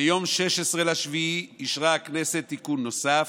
ביום 16 ביולי אישרה הכנסת תיקון נוסף,